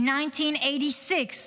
IN 1986,